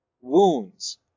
Wounds